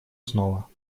снова